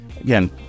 again